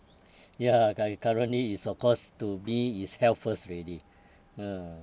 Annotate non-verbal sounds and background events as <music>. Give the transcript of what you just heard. <noise> ya like currently is of course to me is health first already ah